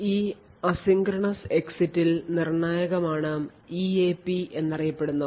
ഈ അസിൻക്രണസ് എക്സിറ്റിൽ നിർണ്ണായകമാണ് എഇപി AEPAsynchronous Exit Pointer എന്നറിയപ്പെടുന്ന ഒന്ന്